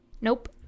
nope